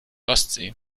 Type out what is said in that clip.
ostsee